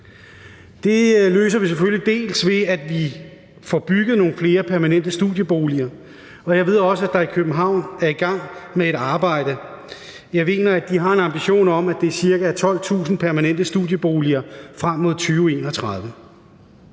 Det løser vi selvfølgelig, bl.a. ved at vi får bygget nogle flere permanente studieboliger, og jeg ved også, at man i København er i gang med det arbejde. Jeg ved, at man har en ambition om, at det cirka er 12.000 permanente studieboliger, der